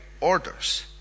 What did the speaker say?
orders